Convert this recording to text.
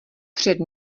před